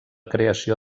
creació